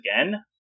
again